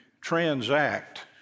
transact